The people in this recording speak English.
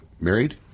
married